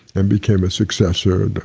and became a successor,